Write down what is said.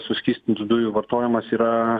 suskystintų dujų vartojimas yra